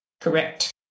Correct